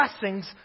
blessings